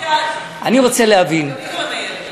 אני רוצה להבין.